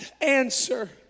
answer